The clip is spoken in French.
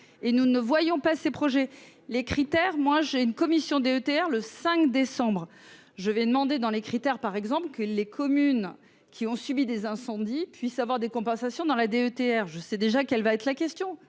et nous ne voyons pas ses projets les critères, moi j'ai une commission DETR le 5 décembre je vais demander dans les critères par exemple que les communes qui ont subi des incendies puisse avoir des compensations dans la DETR, je sais déjà qu'elle va être la question,